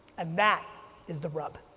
and that is the rub.